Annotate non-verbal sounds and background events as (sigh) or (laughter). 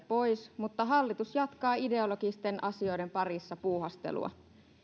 (unintelligible) pois mutta hallitus jatkaa ideologisten asioiden parissa puuhastelua